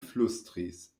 flustris